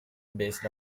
based